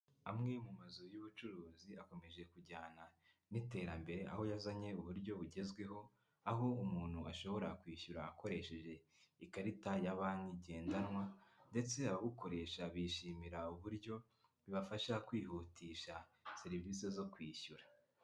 Amwe mu mazu y'ubucuruzi akomeje kujyana n'iterambere, aho yazanye uburyo bugezweho, aho umuntu ashobora kwishyura akoresheje ikarita ya banki igendanwa, ndetse ababukoresha bishimira uburyo bibafasha kwihutisha serivisi zo kwishyura.